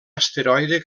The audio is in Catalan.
asteroide